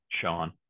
Sean